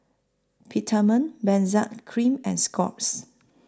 Peptamen Benzac Cream and Scott's